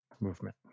movement